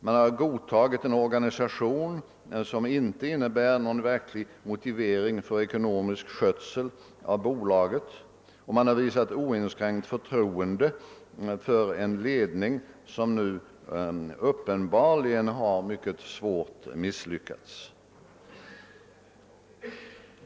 Man har godtagit en organisation som inte innebär någon verklig garanti för ekonomisk skötsel av bolaget, och man har visat oinskränkt förtroende för en ledning som uppenbarligen har misslyckats mycket svårt.